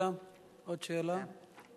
עוד שאלה.